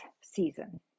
season